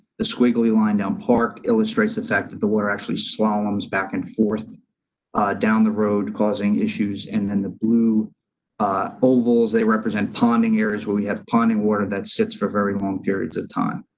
the squiggly line down park illustrates the fact that the water actually slaloms back and forth down the road causing issues and then the blue ah ovals, they represent ponding areas where we have ponding water that sits for very long periods of time.